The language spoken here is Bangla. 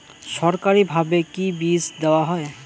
সরকারিভাবে কি বীজ দেওয়া হয়?